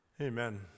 Amen